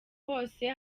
hose